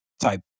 type